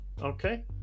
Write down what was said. Okay